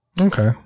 Okay